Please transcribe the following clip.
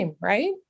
right